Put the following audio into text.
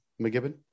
McGibbon